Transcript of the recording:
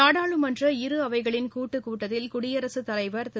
நாடாளுமன்ற இரு அவைகளின் கூட்டுக்கூட்டத்தில் குடியரகத்தலைவர் திரு